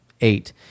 eight